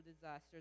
disasters